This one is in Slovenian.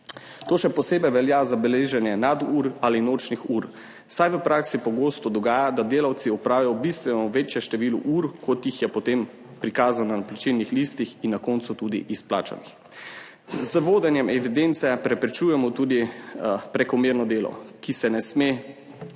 To še posebej velja za beleženje nadur ali nočnih ur, saj se v praksi pogosto dogaja, da delavci opravijo bistveno večje število ur, kot so potem prikazane na plačilnih listah in na koncu tudi izplačane. Z vodenjem evidence preprečujemo tudi prekomerno delo, ki ne sme preseči